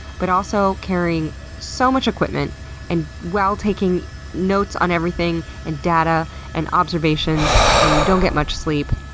but also carrying so much equipment and while taking notes on everything and data and observations and you don't get much sleep.